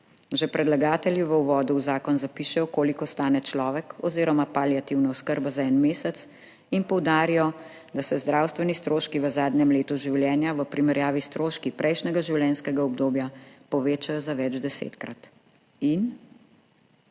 Predlagatelji že v uvodu v zakon zapišejo, koliko stane človek oziroma paliativna oskrba za en mesec, in poudarijo, da se zdravstveni stroški v zadnjem letu življenja v primerjavi s stroški prejšnjega življenjskega obdobja povečajo za več desetkrat. In?